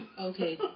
Okay